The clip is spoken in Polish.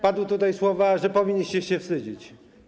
Padły tutaj słowa, że powinniście się wstydzić.